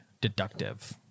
deductive